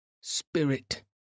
Spirit